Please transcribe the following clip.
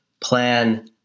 plan